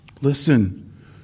Listen